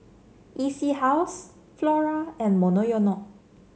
E C House Flora and Monoyono